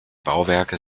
bauwerke